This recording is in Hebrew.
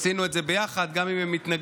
עשינו את זה ביחד, גם אם הם מתנגדים,